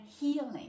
healing